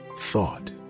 thought